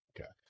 Okay